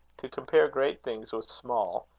to compare great things with small,